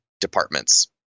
departments